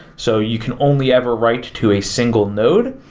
so you can only ever write to a single node,